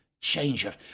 changer